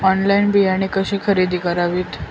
Online बियाणे कशी खरेदी करावीत?